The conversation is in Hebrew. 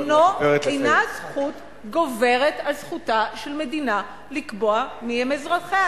ואיחוד משפחות אינו זכות שגוברת על זכותה של מדינה לקבוע מיהם אזרחיה.